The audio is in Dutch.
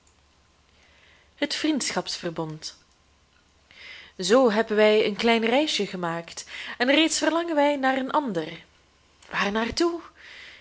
het vriendschapsverbond zoo even hebben wij een klein reisje gemaakt en reeds verlangen wij naar een ander waar naar